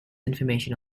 information